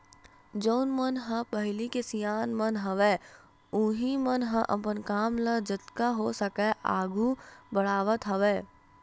जउन मन ह पहिली के सियान मन हवय उहीं मन ह अपन काम ल जतका हो सकय आघू बड़हावत हवय